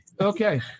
Okay